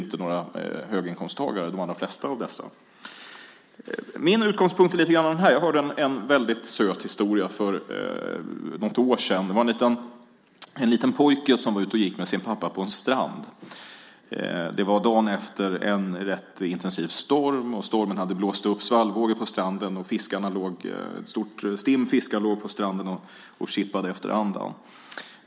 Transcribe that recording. De allra flesta av dessa är inte några höginkomsttagare. Jag har en väldigt söt historia från för något år sedan. Det var en liten pojke som gick med sin pappa på en strand. Det var dagen efter en rätt intensiv storm. Stormen hade blåst upp svallvågor på stranden, och ett stim fiskar låg på stranden och kippade efter andan.